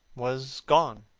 was gone.